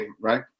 right